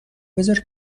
بزار